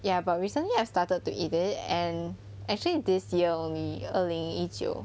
ya but recently I've started to eat it and actually this year only 二零一九